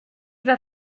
vas